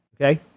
Okay